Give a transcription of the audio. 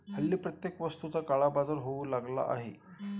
हल्ली प्रत्येक वस्तूचा काळाबाजार होऊ लागला आहे